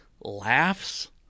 laughs